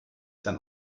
sein